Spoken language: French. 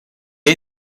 est